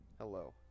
Hello